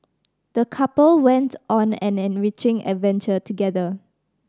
the couple went on an enriching adventure together